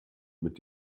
mit